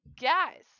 guys